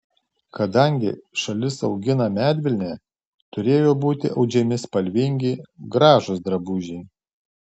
kadangi šalis augina medvilnę turėjo būti audžiami spalvingi gražūs drabužiai